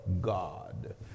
God